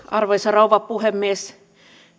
arvoisa rouva puhemies